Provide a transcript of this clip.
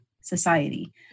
society